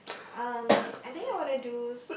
um I think I wanna do